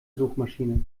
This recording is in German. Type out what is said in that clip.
suchmaschine